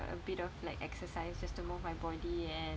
a bit of like exercise just to move my body and